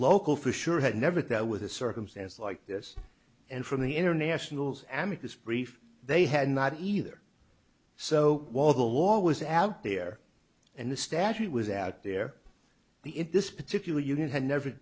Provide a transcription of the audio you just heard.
local for sure had never thought with a circumstance like this and from the internationals amis brief they had not either so while the law was out there and the statute was out there the in this particular unit had never